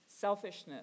selfishness